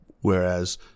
whereas